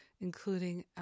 including